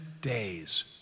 days